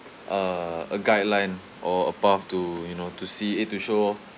uh a guideline or a path to you know to see it to show oh